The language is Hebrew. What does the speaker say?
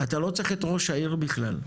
אתה לא צריך את ראש העיר בכלל,